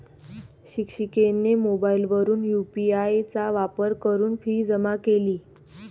शिक्षिकेने मोबाईलवरून यू.पी.आय चा वापर करून फी जमा केली